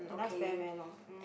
can last very very long mm